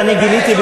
אני גיליתי,